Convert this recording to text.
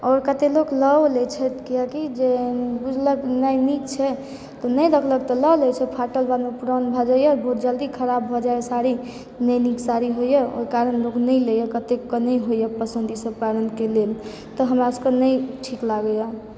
आओर कतय लोक लवो लैत छथि किआकि जे बुझलक नहि नीक छै तऽ नहि देखलक तऽ लय लैत छै फाटल पुरान भए जायए बहुत जल्दी खराब भऽ जायए साड़ी नहि नीक साड़ी होयए ओहि कारण लोक नहि लैत यऽ कतेककऽ नहि होयए पसन्द ईसभ कारणके लेल तऽ हमरासभकऽ नहि ठीक लागयए